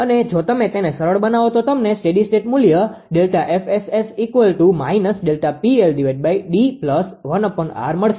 અને જો તમે તેને સરળ બનાવો તો તમને સ્ટેડી સ્ટેટ મુલ્ય મળશે